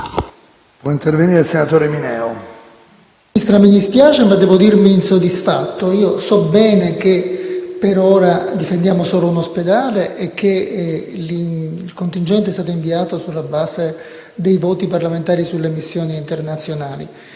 Signora Ministro, mi dispiace, ma devo dirmi insoddisfatto. So bene che per ora difendiamo solo un ospedale e che il contingente è stato inviato sulla base dei voti parlamentari sulle missioni internazionali.